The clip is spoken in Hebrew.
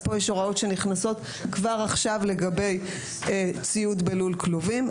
כאן יש הוראות שנכנסות כבר עכשיו לגבי ציוד בלול כלובים.